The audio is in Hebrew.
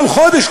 כל חודש,